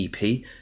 ep